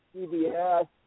CBS